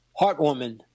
heartwarming